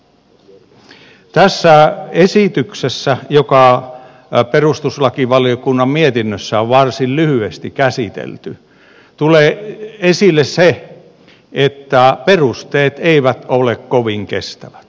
tässä esityksessä joka perustuslakivaliokunnan mietinnössä on varsin lyhyesti käsitelty tulee esille se että perusteet eivät ole kovin kestävät